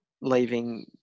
leaving